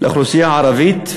לאוכלוסייה הערבית,